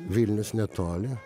vilnius netoli